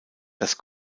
das